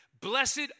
Blessed